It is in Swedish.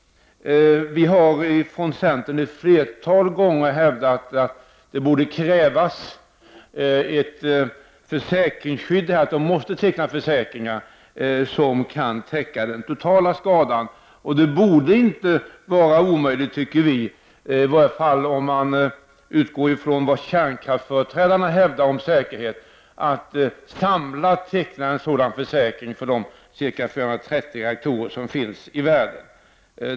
Från centern har vi ett flertal gånger hävdat att det borde krävas ett försäkringsskydd som kan täcka den totala skadan. Om man utgår ifrån det som kärnkraftsföreträdarna hävdar om säkerhet borde det inte vara omöjligt att samlat teckna en sådan försäkring för de ca 530 reaktorer som finns i världen.